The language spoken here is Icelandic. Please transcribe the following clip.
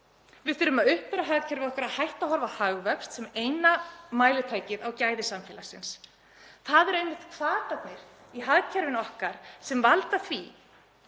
Við þurfum að uppfæra hagkerfi okkar og hætta að horfa á hagvöxt sem eina mælitækið á gæði samfélagsins. Það eru einmitt hvatarnir í hagkerfinu okkar sem valda því